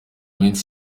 minsi